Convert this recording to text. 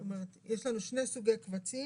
זאת אומרת, יש לנו שני סוגי קבצים